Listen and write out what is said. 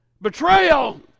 Betrayal